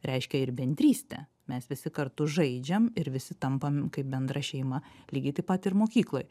reiškia ir bendrystę mes visi kartu žaidžiam ir visi tampam kaip bendra šeima lygiai taip pat ir mokykloj